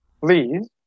please